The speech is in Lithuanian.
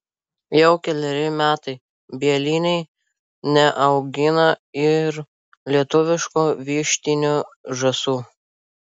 jau keleri metai bieliniai neaugina ir lietuviškų vištinių žąsų